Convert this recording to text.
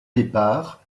départ